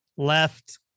Left